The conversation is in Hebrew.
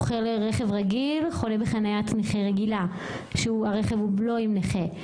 או רכב רגיל חונה בחניית נכים רגילה כשהרכב אינו עם נכה.